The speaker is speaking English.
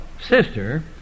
sister